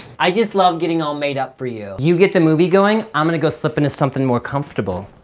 i just love getting all made up for you. you get the movie going, i'm gonna go slip into something more comfortable.